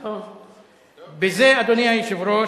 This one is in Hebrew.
בזה, אדוני היושב-ראש,